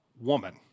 woman